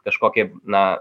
kažkokį na